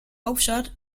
hauptstadt